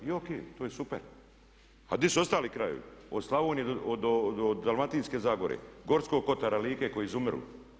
I O.K, to je super a gdje su ostali krajevi od Slavonije do Dalmatinske zagore, Gorskog kotara, Like koji izumiru?